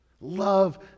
Love